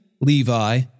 Levi